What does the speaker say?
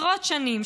עשרות שנים,